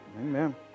Amen